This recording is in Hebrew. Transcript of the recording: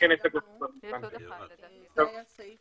מסעיף 69 עד 71, זה היה בסדר.